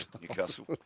Newcastle